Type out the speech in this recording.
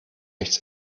nichts